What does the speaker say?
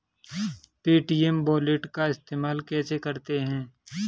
Paytm wallet का इस्तेमाल कैसे करते हैं?